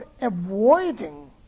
avoiding